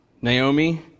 Naomi